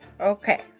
Okay